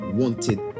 wanted